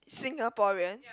Singaporean